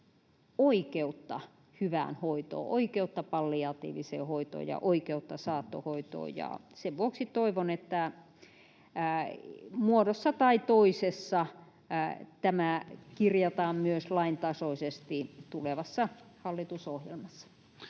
oikeutta hyvään hoitoon, oikeutta palliatiiviseen hoitoon ja oikeutta saattohoitoon. Sen vuoksi toivon, että muodossa tai toisessa tämä kirjataan myös laintasoisesti tulevassa hallitusohjelmassa.